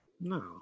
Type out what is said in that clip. No